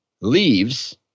leaves